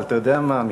אבל אתה יודע מה,